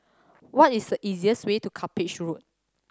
what is the easiest way to Cuppage Road